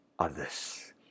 others